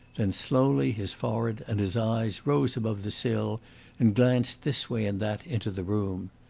then slowly his forehead and his eyes rose above the sill and glanced this way and that into the room.